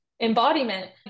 embodiment